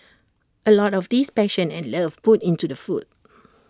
A lot of this passion and love put into the food